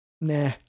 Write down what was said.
Nah